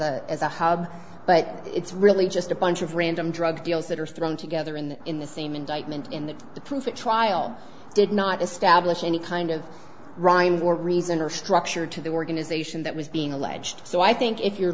a as a hub but it's really just a bunch of random drug deals that are thrown together in the in the same indictment in the the proof at trial did not establish any kind of rhyme or reason or structure to the organization that was being alleged so i think if you're